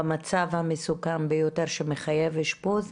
במצב המסוכן ביותר שמחייב אשפוז,